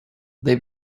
they